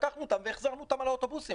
החזרנו אותם על האוטובוסים.